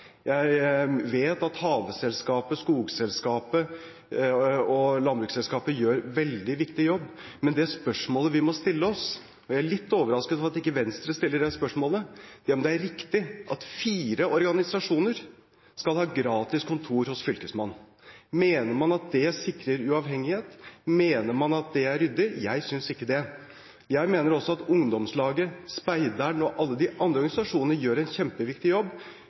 jeg vet at de gjør en kjempejobb. Jeg vet at Hageselskapet, Skogselskapet og Landbruksselskapet gjør en veldig viktig jobb. Men det spørsmålet vi må stille oss – og jeg er litt overrasket over at ikke Venstre stiller det spørsmålet – er om det er riktig at fire organisasjoner skal ha gratis kontor hos Fylkesmannen. Mener man at det sikrer uavhengighet? Mener man at det er ryddig? Jeg synes ikke det. Jeg mener også at Ungdomslaget, speideren og alle de andre organisasjonene gjør en kjempeviktig jobb,